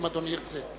אם אדוני ירצה.